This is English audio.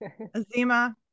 Azima